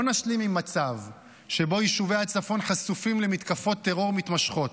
לא נשלים עם מצב שבו יישובי הצפון חשופים למתקפות טרור מתמשכות.